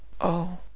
Oh